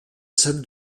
salle